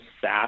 SaaS